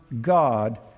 God